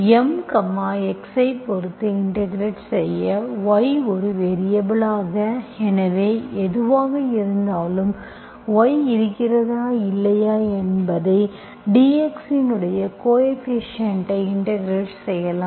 M x ஐ பொறுத்து integrate செய்ய y ஒரு வேரியபல் ஆக எனவே எதுவாக இருந்தாலும் y இருக்கிறதா இல்லையா என்பதை dx இன் கோ ஏபிசிஎன்ட் ஐ இன்டெகிரெட் செய்யலாம்